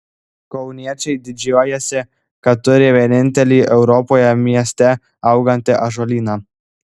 kauniečiai didžiuojasi kad turi vienintelį europoje mieste augantį ąžuolyną